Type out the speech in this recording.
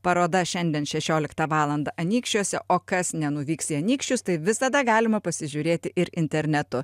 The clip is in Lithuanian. paroda šiandien šešioliktą valandą anykščiuose o kas nenuvyks į anykščius tai visada galima pasižiūrėti ir internetu